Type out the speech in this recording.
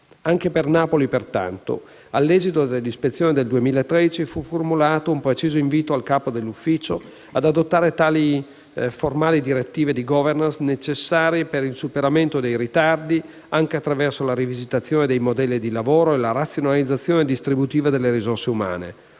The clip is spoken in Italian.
Anche per Napoli, pertanto, all'esito dell'ispezione del 2013, fu formulato un preciso invito al capo dell'ufficio ad adottare formali direttive di *governance* necessarie per il superamento dei ritardi, anche attraverso la rivisitazione dei modelli di lavoro e la razionalizzazione distributiva delle risorse umane,